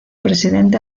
presidente